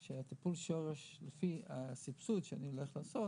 הביאו לי פרטים שטיפול שורש לפי הסבסוד שאני הולך לעשות